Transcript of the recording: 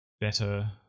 better